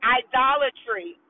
idolatry